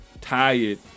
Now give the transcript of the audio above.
tired